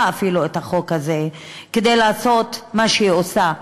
אפילו את החוק הזה כדי לעשות מה שהיא עושה.